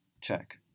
Check